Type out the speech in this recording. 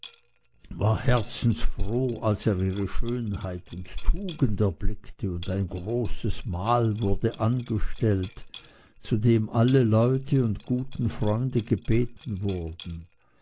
war herzensfroh als er ihre schönheit und tugend erblickte und ein großes mahl wurde angestellt zu dem alle leute und guten freunde gebeten wurden